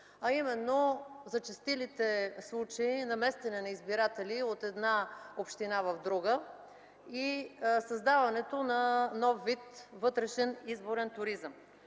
а именно зачестилите случаи на местене на избиратели от една община в друга и създаването на нов вид вътрешен изборен туризъм.